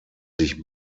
sich